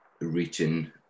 reaching